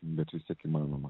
bet vis tiek įmanoma